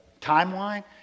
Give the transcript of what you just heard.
timeline